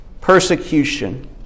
persecution